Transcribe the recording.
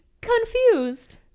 confused